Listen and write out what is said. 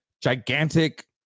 gigantic